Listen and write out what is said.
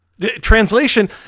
Translation